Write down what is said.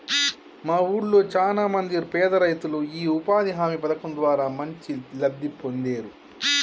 మా వూళ్ళో చానా మంది పేదరైతులు యీ ఉపాధి హామీ పథకం ద్వారా మంచి లబ్ధి పొందేరు